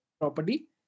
property